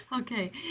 Okay